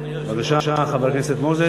בבקשה, חבר הכנסת מוזס.